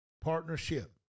partnership